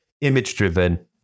image-driven